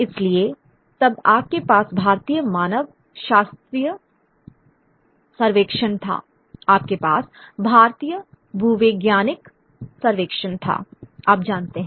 इसलिए तब आपके पास भारतीय मानवशास्त्रीय सर्वेक्षण था आपके पास भारतीय भूवैज्ञानिक सर्वेक्षण था आप जानते हैं